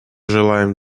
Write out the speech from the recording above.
желаем